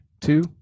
two